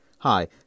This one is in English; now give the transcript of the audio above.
Hi